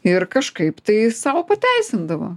ir kažkaip tai sau pateisindavo